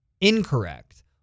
incorrect